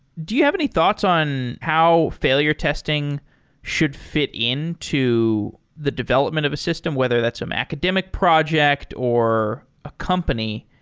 do you have any thoughts on how failure testing should fit in to the development of a system whether that's some academic project or a company?